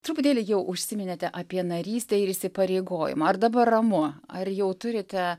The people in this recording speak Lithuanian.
truputėlį jau užsiminėte apie narystę ir įsipareigojimą ar dabar ramu ar jau turite